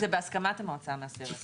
זה בהסכמת המועצה המאסדרת.